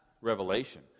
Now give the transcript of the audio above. Revelation